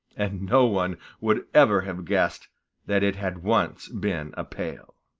and no one would ever have guessed that it had once been a pail.